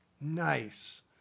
Nice